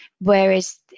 Whereas